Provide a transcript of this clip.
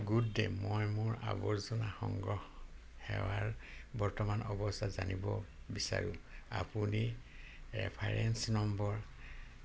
good day মই মোৰ আৱৰ্জনা সংগ্ৰহ সেৱাৰ বৰ্তমান অৱস্থা জানিব বিচাৰো আপুনি ৰেফাৰেন্স নম্বৰ